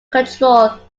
control